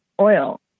oil